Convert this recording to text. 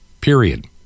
Period